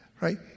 right